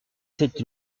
sept